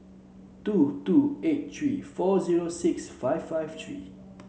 two two eight three four zero six five five three